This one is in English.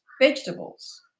vegetables